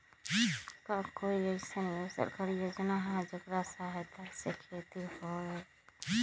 का कोई अईसन सरकारी योजना है जेकरा सहायता से खेती होय?